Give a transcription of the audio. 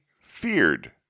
feared